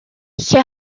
lle